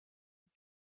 his